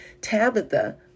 Tabitha